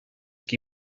qui